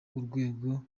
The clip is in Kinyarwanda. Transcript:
urwego